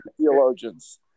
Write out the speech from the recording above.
theologians